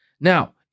Now